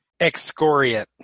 Excoriate